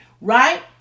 right